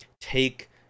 take